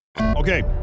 Okay